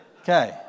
Okay